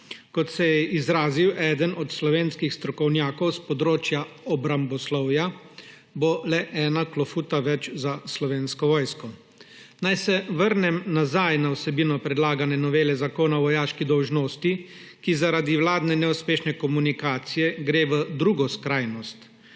kot se je izrazil eden od slovenskih strokovnjakov s področja obramboslovja, bo le ena klofuta več za Slovensko vojsko. Naj se vrnem na vsebino predlagane novele Zakona o vojaški dolžnosti, ki gre zaradi vladne neuspešne komunikacije v drugo skrajnost.